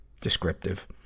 descriptive